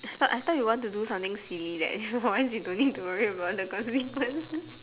it's not I thought you want to do something silly that for once you don't need to worry about the consequences